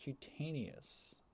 cutaneous